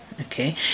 okay